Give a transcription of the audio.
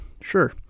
Sure